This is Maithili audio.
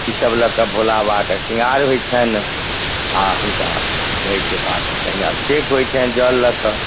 ई सब लऽ कऽ भोला बाबाके शृँगार होइ छनि आओर हुनका कि कहै छै बादमे पहिले अभिषेक होइ छनि जल लऽ कऽ